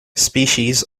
species